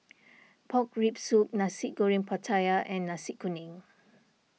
Pork Rib Soup Nasi Goreng Pattaya and Nasi Kuning